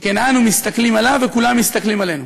שכן אנו מסתכלים עליו וכולם מסתכלים עלינו.